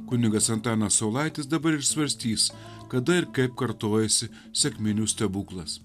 kunigas antanas saulaitis dabar ir svarstys kada ir kaip kartojasi sekminių stebuklas